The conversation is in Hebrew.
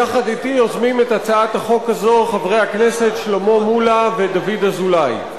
יחד אתי יוזמים את הצעת החוק הזאת חברי הכנסת שלמה מולה ודוד אזולאי.